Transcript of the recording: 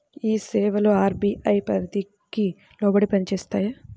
ఈ సేవలు అర్.బీ.ఐ పరిధికి లోబడి పని చేస్తాయా?